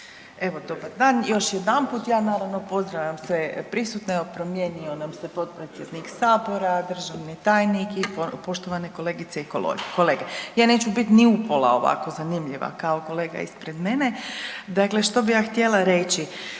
Dobar dan. Još jedanput ja naravno pozdravljam sve prisutne, evo promijenio nam se potpredsjednik Sabora, državni tajnik i poštovane kolegice i kolege. Ja neću biti ni u pola ovako zanimljiva kao kolege ispred mene. Dakle, što bih ja htjela reći,